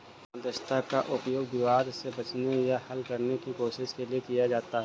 मध्यस्थता का उपयोग विवाद से बचने या हल करने की कोशिश के लिए किया जाता हैं